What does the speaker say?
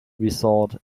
resort